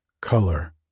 color